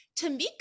Tamika